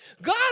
god